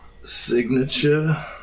Signature